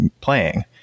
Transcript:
playing